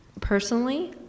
personally